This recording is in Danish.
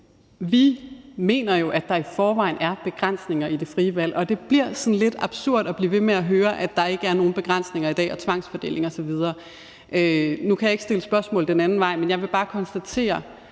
Vi mener jo, at der i forvejen er begrænsninger på det frie valg, og det bliver sådan lidt absurd at blive ved med at høre, at der ikke er nogen begrænsninger i dag, og om tvangsfordeling osv. Nu kan jeg ikke stille spørgsmål den anden vej, men jeg vil bare konstatere,